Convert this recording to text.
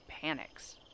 panics